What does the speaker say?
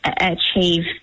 achieve